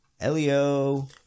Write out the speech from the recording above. Elio